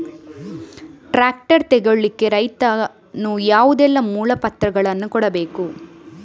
Tractor ತೆಗೊಳ್ಳಿಕೆ ರೈತನು ಯಾವುದೆಲ್ಲ ಮೂಲಪತ್ರಗಳನ್ನು ಕೊಡ್ಬೇಕು?